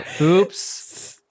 oops